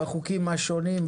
חוקים השונים,